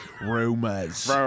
Rumors